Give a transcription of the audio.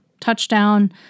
touchdown